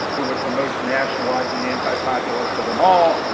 who was the most nationalizing antipopulist of them all.